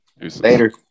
Later